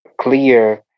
clear